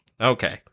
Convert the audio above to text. okay